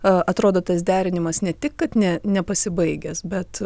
atrodo tas derinimas ne tik kad ne nepasibaigęs bet